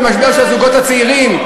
את המשבר של הזוגות הצעירים?